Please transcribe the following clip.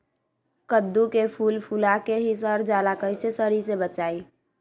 कददु के फूल फुला के ही सर जाला कइसे सरी से बचाई?